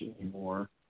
anymore